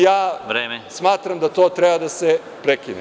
Ja smatram da to treba da se prekine.